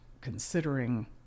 considering